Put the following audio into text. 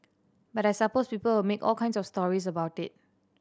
but I suppose people will make all kinds of stories about it